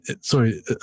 sorry